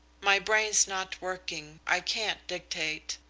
my brain's not working. i can't dictate.